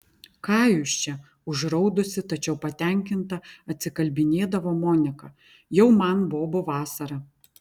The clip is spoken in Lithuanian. ką jūs čia užraudusi tačiau patenkinta atsikalbinėdavo monika jau man bobų vasara